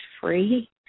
free